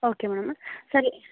okay madam ಸರಿ